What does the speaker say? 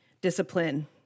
discipline